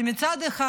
מצד אחד,